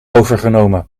overgenomen